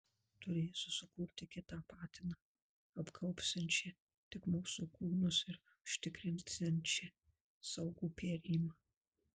turėsiu sukurti kitą patiną apgaubsiančią tik mūsų kūnus ir užtikrinsiančią saugų perėjimą